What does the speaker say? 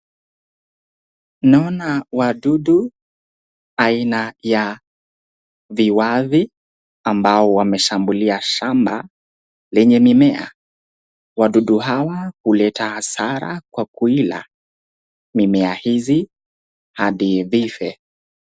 Naona wadudu aina ya viwavi ambao wameshambulia shamba lenye mimea. Wadudu hawa huleta hasara kwa kuila mimea hivi hadi vife.